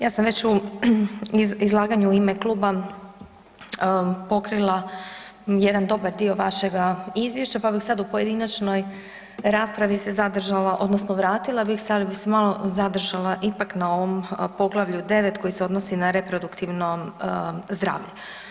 Ja sam već u izlaganju u ime kluba pokrila jedan dobar dio vašega izvješća pa bih sada u pojedinačnoj raspravi se zadržala, odnosno vratila bih se, ali bi se malo zadržala ipak na ovom poglavlju 9. koji se odnosi na reproduktivno zdravlje.